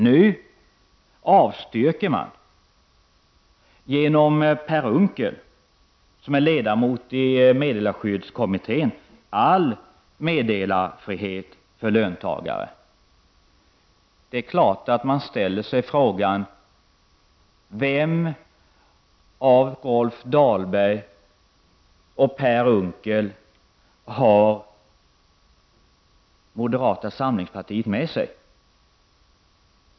Nu avstyrker man genom Per Unckel, som är ledamot i meddelarskyddskommittén, all meddelarfrihet för löntagare. Det är klart att man ställer sig frågan vem av Rolf Dahlberg och Per Unckel som har moderaterna med sig.